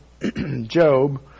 Job